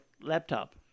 laptop